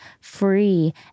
free